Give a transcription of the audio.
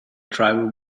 tribal